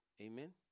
Amen